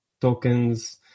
tokens